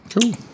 Cool